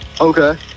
Okay